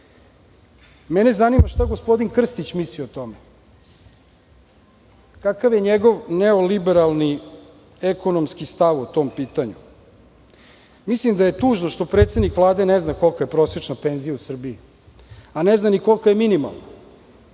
hoćete. Zanima me šta gospodin Krstić misli o tome. Kakav je njegov neoliberalni, ekonomski stav po tom pitanju? Mislim da je tužno što predsednik Vlade ne zna kolika je prosečna penzija u Srbiji, a ne zna ni kolika je minimalna.